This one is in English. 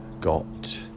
got